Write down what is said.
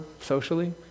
socially